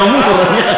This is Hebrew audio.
אני כבר גמור.